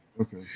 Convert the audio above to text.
okay